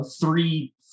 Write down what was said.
three